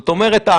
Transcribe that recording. זאת אומרת,